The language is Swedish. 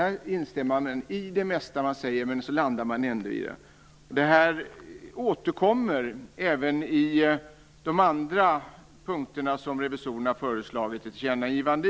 Här instämmer man i det mesta, men så landar man i en sådan skrivning. Det här återkommer även i de andra punkter där revisorerna föreslagit ett tillkännagivande.